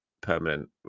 permanent